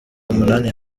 umunani